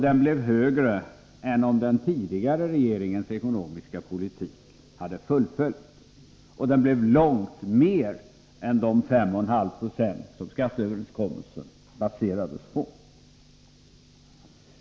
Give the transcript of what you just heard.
Den blev högre än om den tidigare regeringens ekonomiska politik hade fullföljts. Den blev långt mer än de 5,5 96 som skatteöverenskommelsen baserades på.